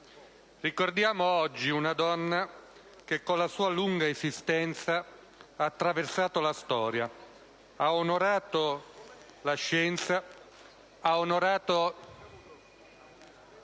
Ricordiamo oggi una donna che, con la sua lunga esistenza, ha attraversato la storia, ha onorato la scienza, ha onorato